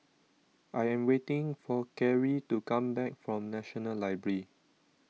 I am waiting for Kerry to come back from National Library